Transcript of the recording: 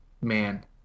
man